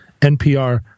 NPR